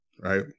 right